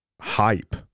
hype